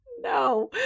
No